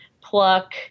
pluck